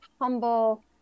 humble